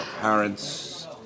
parents